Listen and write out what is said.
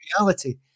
reality